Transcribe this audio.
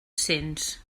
sents